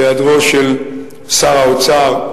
בהיעדרו של שר האוצר,